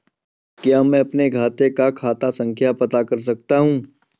क्या मैं अपने खाते का खाता संख्या पता कर सकता हूँ?